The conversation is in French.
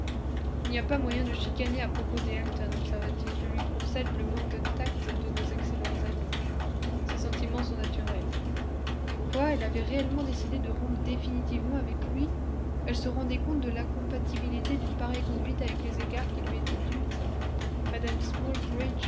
il n'y a pas moyen de chicaner à propos des elton observa-t-il je lui concède le manque de tact de nos excellents amis ses sentiments sont naturels quoi elle avait réellement décidé de rompre définitivement avec lui elle se rendait compte de l'incompatibilité d'une pareille conduite avec les égards qui lui étaient dûs mme